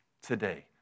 today